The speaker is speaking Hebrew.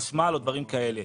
חשמל ודברים מעין אלה.